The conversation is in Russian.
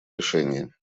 решении